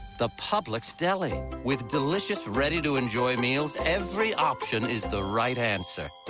the publix deli. with delicious, ready to enjoy meals. every option is the right answer.